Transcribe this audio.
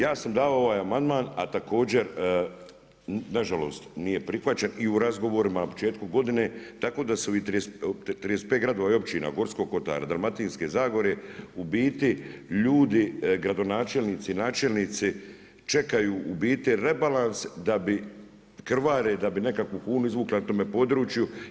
Ja sam dao ovaj amandman, a također, nažalost nije prihvaćen i u razgovorima početku godine, tako da su 35 gradova i općina, Gorski Kotar, Dalmatinske zagore, u biti ljudi gradonačelnici i načelnici čekaju u biti rebalans, krvave, da bi nekakvu kunu izvukla na tome području.